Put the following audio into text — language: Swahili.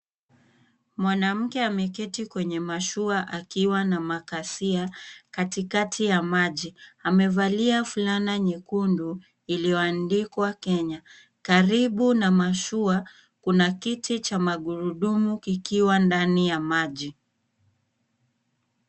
Mwanamke ameketi kwenye mashua akiwa na makasia katikati ya maji, amevalia fulana nyekundu ilioandikwa KENYA. Karibu na mashua, kuna kiti cha magurudumu kikiwa ndani ya maji.